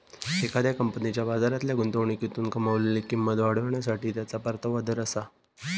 एखाद्या कंपनीच्या बाजारातल्या गुंतवणुकीतून कमावलेली किंमत वाढवण्यासाठी त्याचो परतावा दर आसा